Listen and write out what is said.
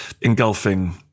engulfing